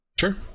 sure